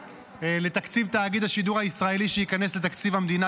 -- לתקציב תאגיד השידור הישראלי שייכנס לתקציב המדינה,